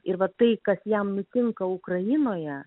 ir va tai kas jam nutinka ukrainoje